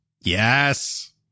Yes